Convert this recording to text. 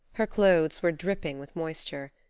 her clothes were dripping with moisture.